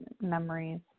memories